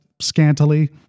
scantily